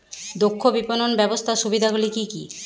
দক্ষ বিপণন ব্যবস্থার সুবিধাগুলি কি কি?